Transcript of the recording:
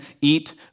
eat